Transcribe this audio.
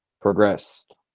progressed